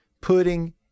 Putting